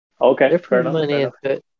Okay